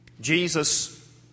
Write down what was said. Jesus